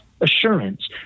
assurance